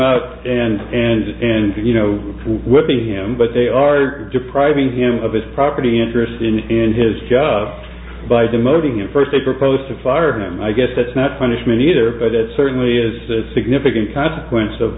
out and and and you know with him but they are depriving him of his property interest in his job by demoting him first they proposed to fired him i guess that's not punishment either but it certainly is a significant consequence of